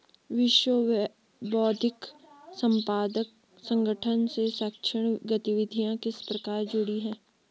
विश्व बौद्धिक संपदा संगठन से शैक्षणिक गतिविधियां किस प्रकार जुड़ी हैं?